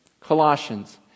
Colossians